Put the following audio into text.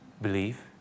Believe